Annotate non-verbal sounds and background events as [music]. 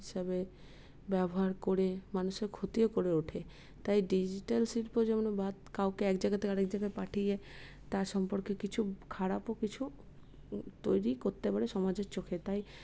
হিসাবে ব্যবহার করে মানুষের ক্ষতিও করে ওঠে তাই ডিজিটাল শিল্প যেমন [unintelligible] কাউকে এক জায়গা থেকে আরেক জায়গায় পাঠিয়ে তার সম্পর্কে কিছু খারাপও কিছু তৈরি করতে পারে সমাজের চোখে তাই